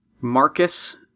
Marcus